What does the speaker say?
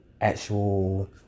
actual